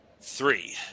three